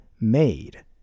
made